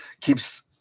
keeps